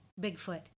Bigfoot